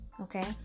Okay